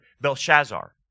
Belshazzar